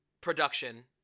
production